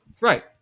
Right